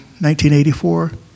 1984